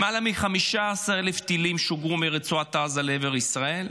למעלה מ-15,000 טילים שוגרו מרצועת עזה לעבר ישראל.